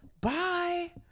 Bye